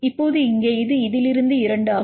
இப்போது இங்கே இது இதிலிருந்து 2 ஆகும்